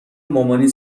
مامانی